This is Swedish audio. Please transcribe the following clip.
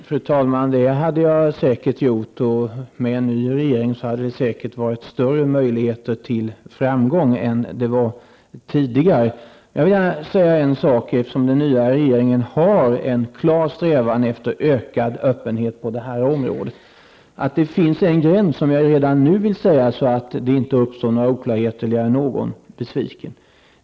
Fru talman! Det hade jag säkert gjort. Med en ny regering hade det säkert varit större möjlighet till framgång än det var tidigare. Eftersom den nya regeringen har en klar strävan efter öppenhet på det här området, vill jag säga att det finns en gräns. Jag vill säga detta redan nu så att det inte uppstår några oklarheter och så att inte någon blir besviken.